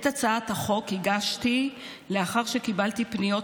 את הצעת החוק הגשתי לאחר שקיבלתי פניות